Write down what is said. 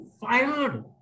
fired